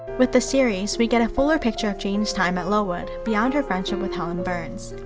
with the series, we get a fuller picture of jane's time at lowood beyond her friendship with helen burns.